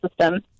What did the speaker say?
system